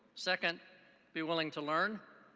second be willing to learn.